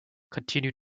continued